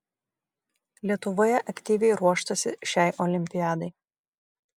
lietuvoje aktyviai ruoštasi šiai olimpiadai